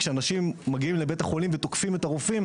כשאנשים מגיעים לבתי חולים ותוקפים את הרופאים,